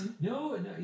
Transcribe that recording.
no